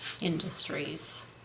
industries